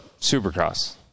supercross